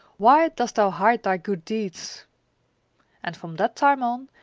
why dost thou hide thy good deeds and from that time on,